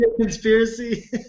conspiracy